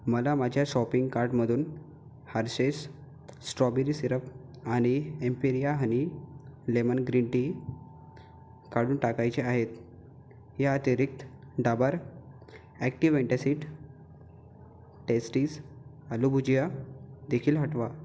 मला माझ्या शॉपिंग कार्टमधून हर्षेस स्ट्रॉबेरी सिरप आणि Empiria honey lemon green tea काढून टाकायचे आहेत या अतिरिक्त Dabur active antacid Tasties aloo bhujia देखील हटवा